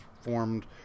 formed